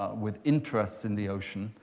ah with interests in the ocean.